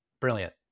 Brilliant